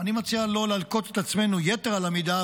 אני מציע לא להלקות את עצמנו יתר על המידה,